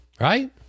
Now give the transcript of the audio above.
Right